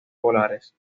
polares